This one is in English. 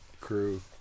crew